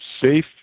safe